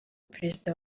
perezida